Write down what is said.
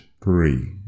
three